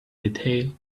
detail